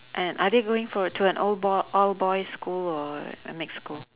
and are they going for uh to an ol~ boy all boys' school or a mix school